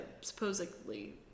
supposedly